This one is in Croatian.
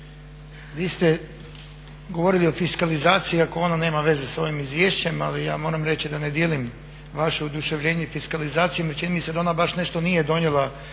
vi ste govorili o fiskalizaciji iako ona nema veze sa ovim izvješćem, ali ja moram reći da ne dijelim vaše oduševljenje fiskalizacijom jer čini mi se da ona baš nešto nije donijela